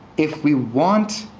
if we want